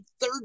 third